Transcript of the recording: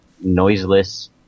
noiseless